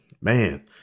man